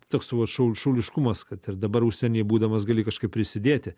toks vat šau šauliškumas kad ir dabar užsieny būdamas gali kažkaip prisidėti